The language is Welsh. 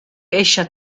eisiau